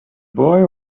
boy